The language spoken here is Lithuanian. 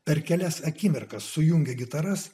per kelias akimirkas sujungia gitaras